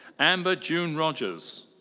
amber june rogers.